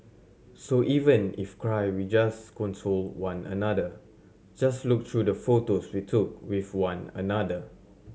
so even if cry we just console one another just look through the photos we took with one another